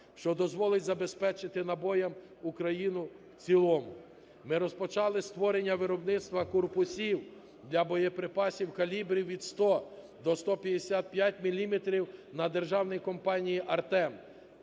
що дозволить забезпечити набоями Україну в цілому. Ми розпочали створення виробництва корпусів для боєприпасів калібрів від 100 до 155 міліметрів на державній компанії "Артем".